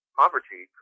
poverty